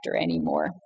anymore